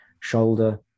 shoulder